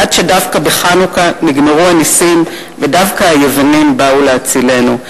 עד שדווקא בחנוכה נגמרו הנסים ודווקא היוונים באו להצילנו.